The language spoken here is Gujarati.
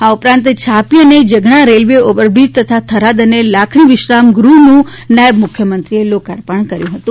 આ ઉપરાંત છાપી અને જગણા રેલ્વે ઓવરબ્રિજ તથા થરાદ અને લાખણી વિશ્રામગૃહનું નાયબ મુખ્યમંત્રીશ્રીએ લોકાર્પણ કર્યુ હતું